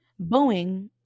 Boeing